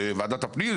זה ועדת הפנים,